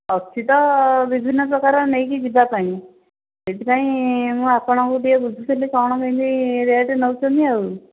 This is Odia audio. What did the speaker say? ଅଛି ତ ବିଭିନ୍ନପ୍ରକାରର ନେଇକି ଯିବା ପାଇଁ ସେଥିପାଇଁ ମୁଁ ଆପଣଙ୍କୁ ଟିକିଏ ବୁଝୁଥିଲି କ'ଣ କେମିତି ରେଟ୍ ନେଉଛନ୍ତି ଆଉ